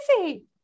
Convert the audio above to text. easy